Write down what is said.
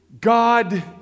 God